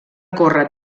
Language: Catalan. córrer